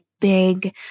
big